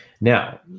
now